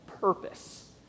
purpose